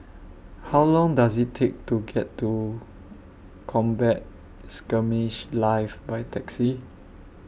How Long Does IT Take to get to Combat Skirmish Live By Taxi